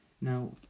Now